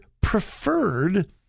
preferred